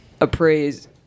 appraise